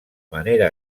manera